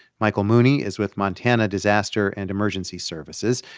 michael mooney is with montana disaster and emergency services.